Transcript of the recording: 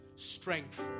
strength